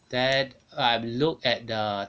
then I look at the